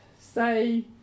say